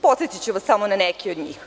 Podsetiću vas samo na neke od njih.